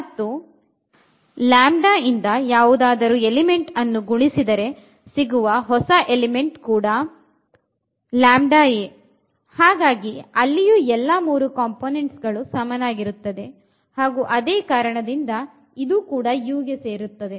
ಮತ್ತು ಇಂದ ಯಾವುದಾದರು ಎಲಿಮೆಂಟ್ ಅನ್ನು ಗುಣಿಸಿದರೆ ಸಿಗುವ ಹೊಸ ಎಲಿಮೆಂಟ್ ಕೂಡ a ಹಾಗಾಗಿ ಅಲ್ಲಿಯೂ ಎಲ್ಲಾ ಮೂರು ಕಾಂಪೊನೆಂಟ್ಸ್ ಸಮನಾಗಿರುತ್ತದೆ ಹಾಗು ಅದೇ ಕಾರಣದಿಂದ ಇದು ಕೂಡ U ಗೆ ಸೇರುತ್ತದೆ